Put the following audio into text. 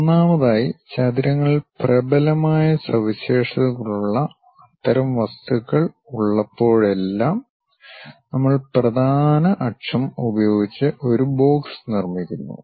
ഒന്നാമതായി ചതുരങ്ങൾ പ്രബലമായ സവിശേഷതകളുള്ള അത്തരം വസ്തുക്കൾ ഉള്ളപ്പോഴെല്ലാം നമ്മൾ പ്രധാന അക്ഷം ഉപയോഗിച്ച് ഒരു ബോക്സ് നിർമ്മിക്കുന്നു